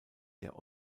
der